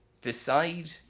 decide